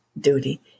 duty